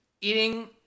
eating